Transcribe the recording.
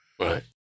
Right